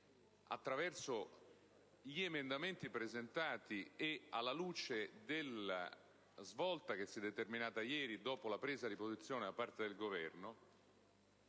attraverso gli emendamenti presentati e alla luce della svolta determinatasi ieri, dopo la presa di posizione da parte del Governo,